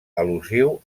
al·lusiu